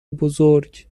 بزرگ